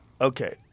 okay